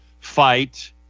fight